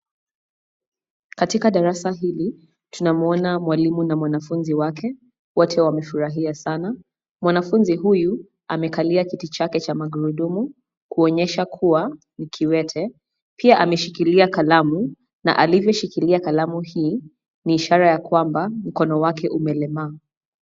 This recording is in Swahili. Katika darasa hili, tunamuona mwalimu na mwanafunzi wake. Wote wamefurahia sana. Mwanafunzi huyu amekalia kiti chake cha magurudumu kuonyesha kuwa ni kiwete pia ameshikilia kalamu na alivyoshikilia kalamu hii ni ishara ya kwamba mkono wake umelema.